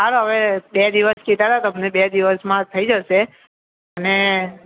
સારું હવે બે દિવસ કીધા હતા તમને બે દિવસમાં થઈ જશે અને